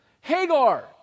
Hagar